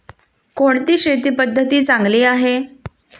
कोणती शेती पद्धती चांगली आहे?